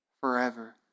forever